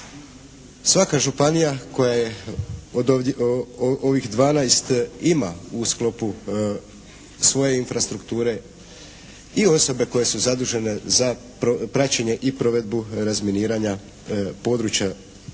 Svaka županija koja je od ovih 12 ima u sklopu svoje infrastrukture i osobe koje su zadužene za praćenje i provedbu razminiranja područja